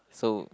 so